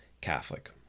Catholic